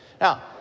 Now